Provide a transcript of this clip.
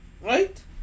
right